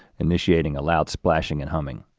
initiating a loud splashing and humming.